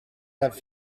have